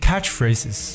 Catchphrases